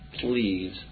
please